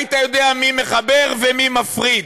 היית יודע מי מחבר ומי מפריד,